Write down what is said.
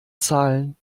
zahlen